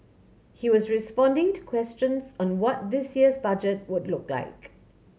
he was responding to questions on what this year's Budget would look like